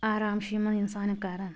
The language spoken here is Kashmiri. آرام چھُ یِمن اِنسان کران